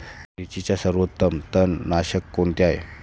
मिरचीसाठी सर्वोत्तम तणनाशक कोणते आहे?